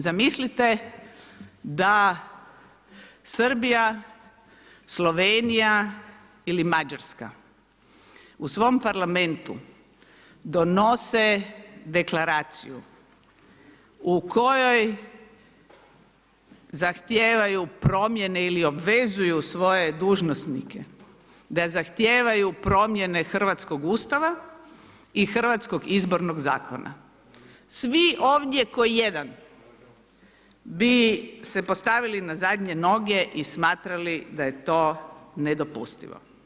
Zamislite da Srbija, Slovenija ili Mađarska u svom parlamentu donose deklaraciju u kojoj zahtijevaju promjene ili obvezuju svoje dužnosnike da zahtijevaju promjene Hrvatskog ustava i Hrvatskog izbornog zakona, svi ovdje ko jedan bi se postavili na zadnje noge i smatrali da je to nedopustivo.